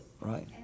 Right